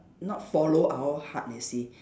not follow our heart you see